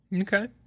Okay